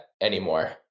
anymore